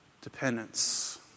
dependence